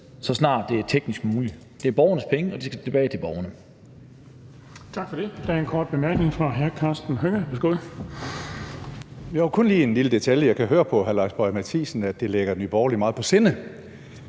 så snart det er teknisk muligt? Det er borgernes penge, og de skal tilbage til borgerne.